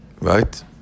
Right